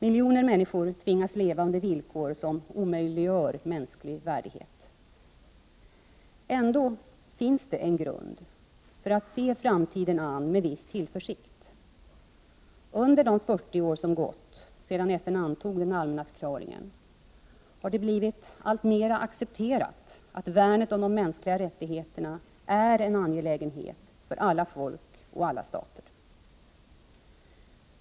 Miljoner människor tvingas leva under villkor som omöjliggör mänsklig värdighet. Ändå finns det en grund för att se framtiden an med viss tillförsikt. Under de 40 år som har gått sedan FN antog den allmänna förklaringen har det blivit alltmera accepterat att värnet om de mänskliga rättigheterna är en angelägenhet för alla folk och alla stater.